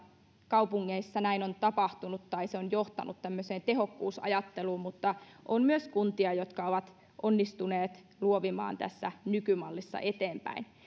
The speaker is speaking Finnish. kaupungeissa näin on tapahtunut tai se on johtanut tämmöiseen tehokkuusajatteluun mutta on myös kuntia jotka ovat onnistuneet luovimaan tässä nykymallissa eteenpäin